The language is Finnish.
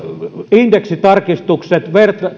indeksitarkistukset